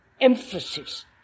emphasis